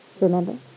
Remember